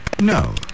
No